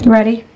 Ready